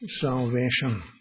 salvation